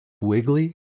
wiggly